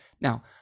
Now